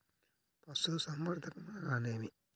పశుసంవర్ధకం అనగానేమి?